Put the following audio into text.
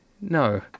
No